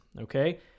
okay